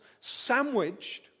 sandwiched